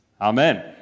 Amen